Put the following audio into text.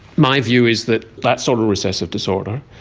my view is that that sort of recessive disorder,